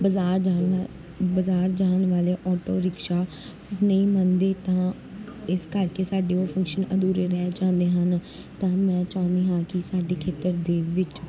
ਬਜ਼ਾਰ ਜਾਣਾ ਬਜ਼ਾਰ ਜਾਣ ਵਾਲੇ ਆਟੋ ਰਿਕਸ਼ਾ ਨਹੀਂ ਮੰਨਦੇ ਤਾਂ ਇਸ ਕਰਕੇ ਸਾਡੇ ਉਹ ਫੰਕਸ਼ਨ ਅਧੂਰੇ ਰਹਿ ਜਾਂਦੇ ਹਨ ਤਾਂ ਮੈਂ ਚਾਹੁੰਦੀ ਹਾਂ ਕਿ ਸਾਡੇ ਖੇਤਰ ਦੇ ਵਿਚ